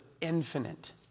infinite